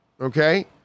okay